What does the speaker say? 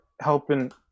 helping